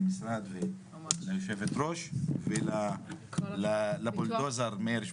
כל הכבוד לך ולמשרד וליושבת-ראש ולבולדוזר מאיר שפיגלר.